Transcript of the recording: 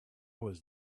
was